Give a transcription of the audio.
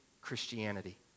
Christianity